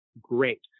great